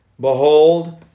Behold